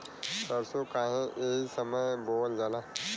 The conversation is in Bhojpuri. सरसो काहे एही समय बोवल जाला?